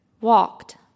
walked